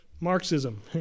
Marxism